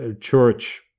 church